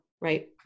right